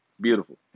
Beautiful